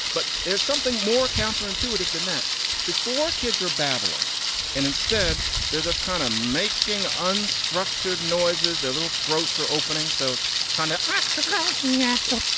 but there's something more counterintuitive than that before. kids are babbling and instead they're just kind of making unstructured noises. their little throats are opening. so it's kind of nasco